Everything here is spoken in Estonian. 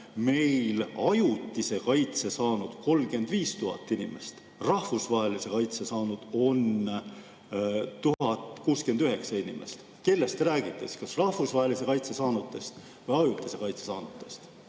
meil ajutise kaitse saanud 35 000 inimest, rahvusvahelise kaitse saanuid on 1069 inimest. Kellest te räägite, kas rahvusvahelise kaitse saanutest või ajutise kaitse saanutest?